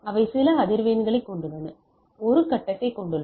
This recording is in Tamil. அவை சில அதிர்வெண்களைக் கொண்டுள்ளன அவை ஒரு கட்டத்தைக் கொண்டுள்ளன